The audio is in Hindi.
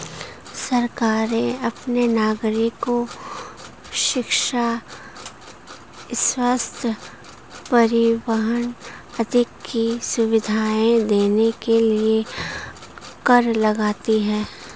सरकारें अपने नागरिको शिक्षा, स्वस्थ्य, परिवहन आदि की सुविधाएं देने के लिए कर लगाती हैं